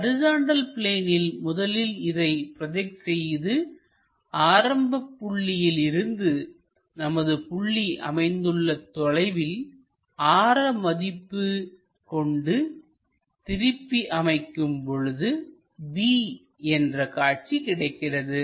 horizontal பிளேனில் முதலில் இதை ப்ரோஜெக்ட் செய்து ஆரம்ப புள்ளியிலிருந்து நமது புள்ளி அமைந்துள்ள தொலைவில் ஆர மதிப்பு கொண்டு திருப்பி அமைக்கும் பொழுது b என்ற காட்சி கிடைக்கிறது